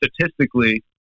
statistically